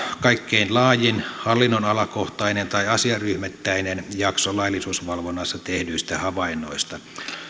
kaikkein laajin hallinnonalakohtainen tai asiaryhmittäinen jakso laillisuusvalvonnassa tehdyistä havainnoista